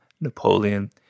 Napoleon